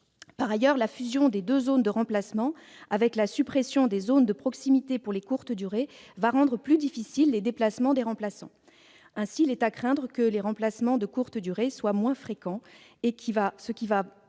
Par ailleurs, la fusion des deux zones de remplacements, avec la suppression des zones de proximité pour les courtes durées, va rendre plus difficiles les déplacements des remplaçants. Il est donc à craindre que les remplacements de courte durée soient moins fréquents et que